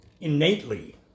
innately